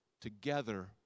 together